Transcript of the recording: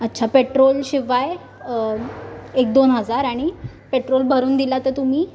अच्छा पेट्रोलशिवाय एकदोन हजार आणि पेट्रोल भरून दिला तर तुम्ही